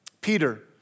Peter